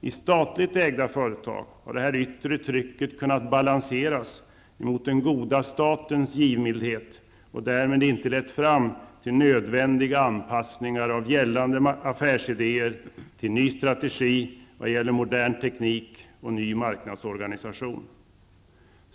I statligt ägda företag har detta yttre tryck kunnat balanseras mot den goda statens givmildhet och därmed inte lett fram till nödvändiga anpassningar av gällande affärsidéer till ny strategi i vad gäller modern teknik och ny marknadsorganisation.